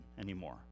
anymore